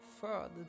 Father